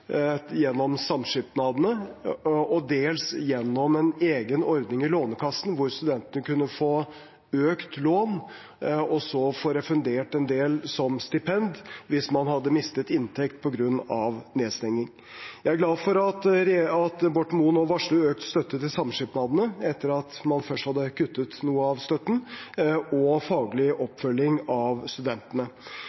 gjennom samskipnadene og dels gjennom en egen ordning i Lånekassen hvor studentene kunne få økt lån og så få refundert en del som stipend hvis man hadde mistet inntekt på grunn av nedstenging. Jeg er glad for at Borten Moe nå varsler økt støtte til samskipnadene – etter at man først hadde kuttet noe av støtten – og til faglig